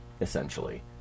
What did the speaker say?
essentially